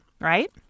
right